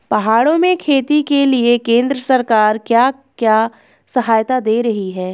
पहाड़ों में खेती के लिए केंद्र सरकार क्या क्या सहायता दें रही है?